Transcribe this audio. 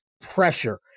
pressure